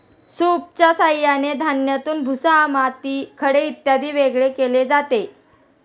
सूपच्या साहाय्याने धान्यातून भुसा, माती, खडे इत्यादी वेगळे केले जातात